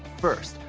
first,